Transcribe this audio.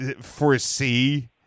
foresee